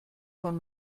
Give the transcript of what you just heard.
von